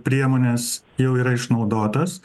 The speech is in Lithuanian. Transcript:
priemonės jau yra išnaudotos